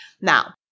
Now